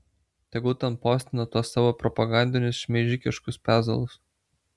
tegul ten postina tuos savo propagandinius šmeižikiškus pezalus